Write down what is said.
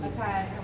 Okay